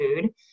food